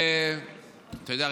אתה יודע,